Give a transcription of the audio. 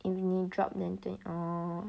if 你 drop then twenty four